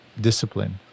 discipline